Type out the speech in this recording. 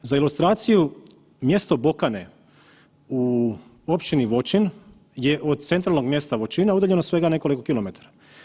Za ilustraciju, mjesto Bokane u općini Voćin je od centralnog mjesta Voćina udaljeno svega nekoliko kilometara.